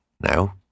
now